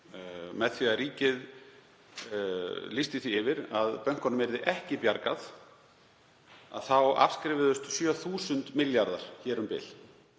Með því að ríkið lýsti því yfir að bönkunum yrði ekki bjargað afskrifuðust 7.000 milljarðar hér um bil,